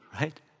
right